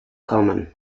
common